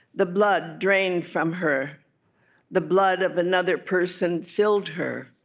the blood drained from her the blood of another person filled her.